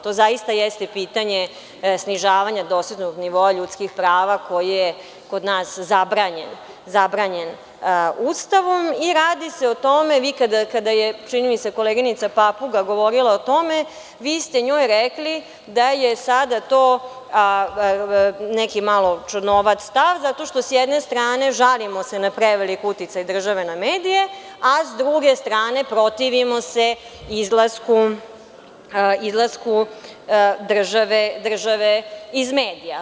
To zaista jeste pitanje snižavanja doslednog nivoa ljudskih prava koji je kod nas zabranjen Ustavom i radi se o tome, vi, kada je čini mi se koleginica Papuga govorila o tome, vi ste njoj rekli da je sada to neki malo čudnovat stav zato što s jedne strane žalimo se na preveliki uticaj države na medije, a s druge strane protivimo se izlasku države iz medija.